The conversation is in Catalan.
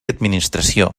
administració